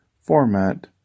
format